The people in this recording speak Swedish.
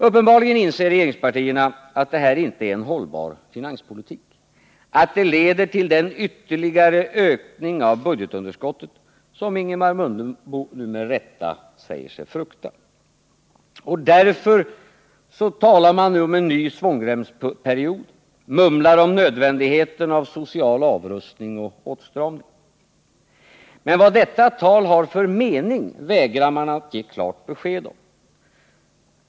Uppenbarligen inser regeringspartierna att det här inte är en hållbar finanspolitik, att den leder till den ytterligare ökning av budgetunderskottet som Ingemar Mundebo nu med rätta säger sig frukta. Därför talar man nu om en ny svångremsperiod, mumlar om nödvändigheten av social avrustning och åtstramning. Men vad detta tal har för mening vägrar man att ge klart besked om.